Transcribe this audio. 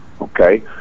okay